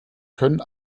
können